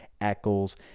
Eccles